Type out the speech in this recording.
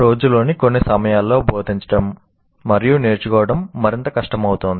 రోజులోని కొన్ని సమయాల్లో బోధించడం మరియు నేర్చుకోవడం మరింత కష్టమవుతుంది